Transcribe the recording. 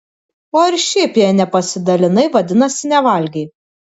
o ir šiaip jei nepasidalinai vadinasi nevalgei